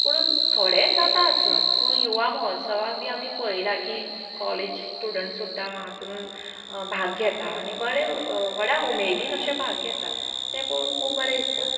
पुणून थोडे जाता आसत पूण युवा महोत्सवाक बी आमी पळयलां की कॉलेज स्टुडंट सुद्दां हातून भाग घेता आनी बरें व्हडा उमेदीन अशें भाग घेता तें पळोवन खूब बरें दिसता